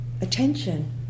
attention